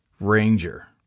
ranger